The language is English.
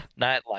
Nightlife